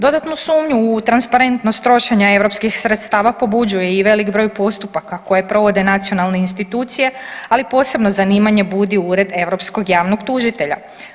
Dodatnu sumnju u transparentnost europskih sredstava pobuđuje i velik broj postupaka koje provode nacionalne institucije, ali posebno zanimanje budi Ured europskog javnog tužitelja.